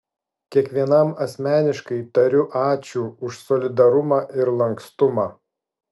kiekvienam asmeniškai tariu ačiū už solidarumą ir lankstumą